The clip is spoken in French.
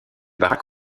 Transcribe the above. barack